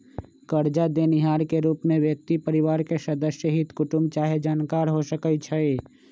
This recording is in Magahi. करजा देनिहार के रूप में व्यक्ति परिवार के सदस्य, हित कुटूम चाहे जानकार हो सकइ छइ